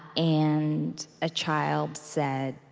and a child said,